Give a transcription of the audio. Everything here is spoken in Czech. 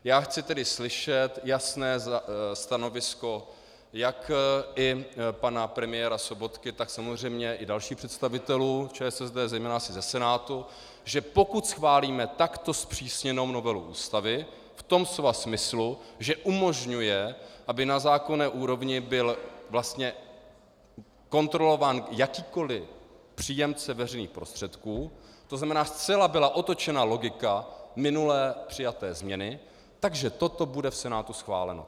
Já chci tedy slyšet jasné stanovisko jak pana premiéra Sobotky, tak samozřejmě i dalších představitelů ČSSD, zejména ze Senátu, že pokud schválíme takto zpřísněnou novelu Ústavy v tom slova smyslu, že umožňuje, aby na zákonné úrovni byl vlastně kontrolován jakýkoli příjemce veřejných prostředků to znamená, zcela byla otočena logika minulé přijaté změny , toto bude v Senátu schváleno.